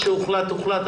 מה שהוחלט, הוחלט.